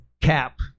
cap